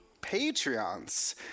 Patreons